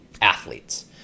athletes